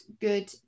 good